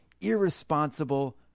irresponsible